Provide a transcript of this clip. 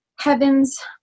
Heavens